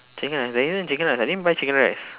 chicken rice there isn't chicken rice I didn't buy chicken rice